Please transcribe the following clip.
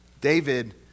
David